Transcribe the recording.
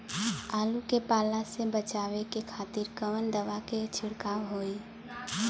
आलू के पाला से बचावे के खातिर कवन दवा के छिड़काव होई?